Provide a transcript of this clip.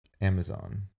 Amazon